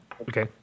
Okay